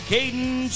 Caden